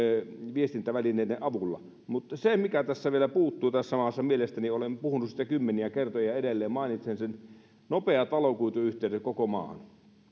viestintävälineiden avulla mutta se mikä tässä maassa vielä puuttuu mielestäni olen puhunut siitä kymmeniä kertoja ja edelleen mainitsen sen on nopeat valokuituyhteydet koko maahan